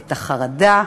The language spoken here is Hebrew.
את החרדה,